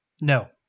No